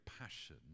passion